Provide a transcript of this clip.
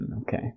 okay